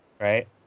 Right